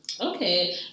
Okay